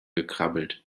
gekrabbelt